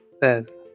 says